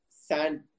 sand